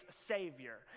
savior